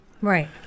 Right